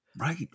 Right